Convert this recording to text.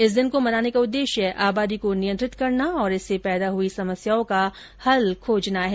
इस दिन को मनाने का उद्देश्य आबादी को नियंत्रित करना और इससे पैदा हुई समस्याओं का हल खोजना है